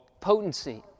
Potency